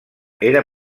era